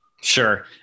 Sure